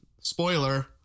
spoiler